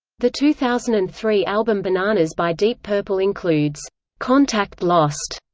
the two thousand and three album bananas by deep purple includes contact lost,